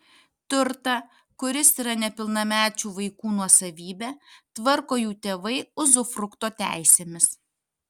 turtą kuris yra nepilnamečių vaikų nuosavybė tvarko jų tėvai uzufrukto teisėmis